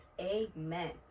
amen